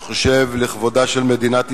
אני חושב לכבודה של מדינת ישראל,